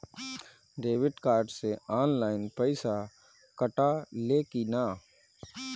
Debit card से online पैसा कटा ले कि ना?